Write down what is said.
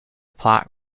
plot